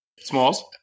Smalls